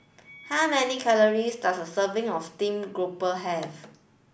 how many calories does a serving of steamed grouper have